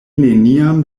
neniam